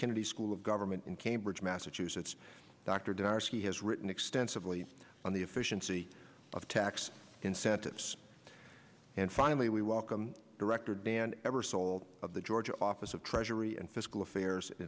kennedy school of government in cambridge massachusetts dr darcy has written extensively on the efficiency of tax incentives and finally we welcome director dan ever sold of the georgia office of treasury and fiscal affairs in